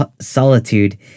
solitude